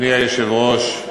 אדוני היושב-ראש,